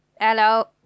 Hello